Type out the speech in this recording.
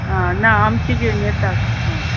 आं ना आमचे घेवन येतात आं